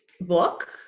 book